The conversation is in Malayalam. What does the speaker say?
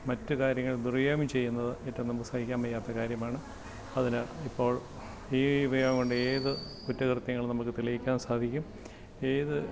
മറ്റ് കാര്യങ്ങൾ ദുരുപയോഗം ചെയ്യുന്നത് ഏറ്റവും നമുക്ക് സഹിക്കാൻ വയ്യാത്ത കാര്യമാണ് അതിന് ഇപ്പോൾ ഈ ഉപയോഗം കൊണ്ട് ഏത് കുറ്റകൃത്യങ്ങളും നമക്ക് തെളിയിക്കാൻ സാധിക്കും ഏത്